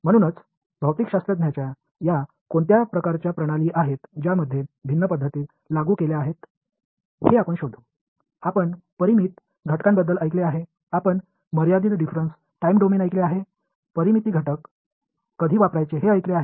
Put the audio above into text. म्हणूनच भौतिकशास्त्राच्या या कोणत्या प्रकारच्या प्रणाली आहेत ज्यामध्ये भिन्न पद्धती लागू केल्या आहेत हे आपण शोधू आपण परिमित घटकाबद्दल ऐकले आहे आपण मर्यादित डिफरंन्स टाइम डोमेन ऐकले आहे परिमित घटक कधी वापरायचे हे ऐकले आहे